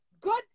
Good